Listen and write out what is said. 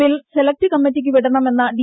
bill select കമ്മറ്റിയ്ക്ക് വിടണമെന്ന D